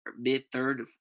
mid-third